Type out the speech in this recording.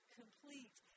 complete